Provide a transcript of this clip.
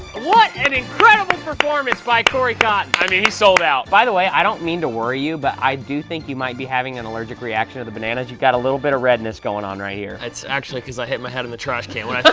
what an incredible performance by cory cotton. i mean, he sold out. by the way, i don't mean to worry you but i do think you might be having an allergic reaction of the bananas. you've got a little bit of redness going on right here. that's actually because i hit my head in the trash can when